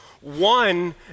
One